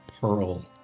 pearl